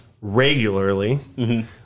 regularly